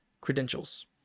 credentials